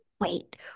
wait